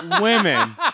women